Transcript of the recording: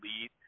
lead